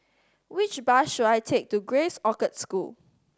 which bus should I take to Grace Orchard School